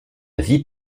vie